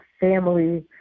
family